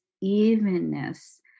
evenness